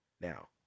now